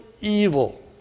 evil